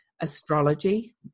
astrology